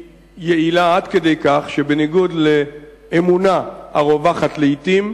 יעילה עד כדי כך שבניגוד לאמונה הרווחת לעתים,